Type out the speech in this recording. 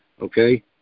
okay